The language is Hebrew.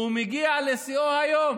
והוא מגיע לשיאו היום.